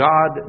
God